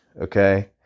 okay